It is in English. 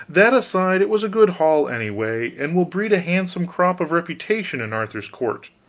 that aside, it was a good haul, anyway, and will breed a handsome crop of reputation in arthur's court.